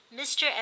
Mr